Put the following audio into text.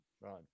Right